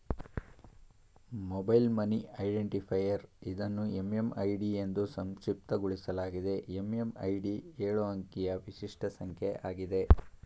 mobile money identifier ಇದನ್ನು MMID ಎಂದೂ ಸಂಕ್ಷಿಪ್ತಗೊಳಿಸಲಾಗಿದೆ ಎಂ.ಎಂ.ಐ.ಡಿ ಎಳು ಅಂಕಿಯ ವಿಶಿಷ್ಟ ಸಂಖ್ಯೆ ಆಗಿದೆ